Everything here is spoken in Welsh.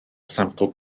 sampl